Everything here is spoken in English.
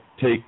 take